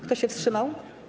Kto się wstrzymał?